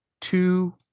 two